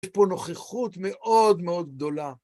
יש פה נוכחות מאוד מאוד גדולה.